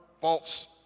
false